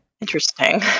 Interesting